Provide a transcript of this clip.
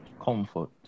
comfort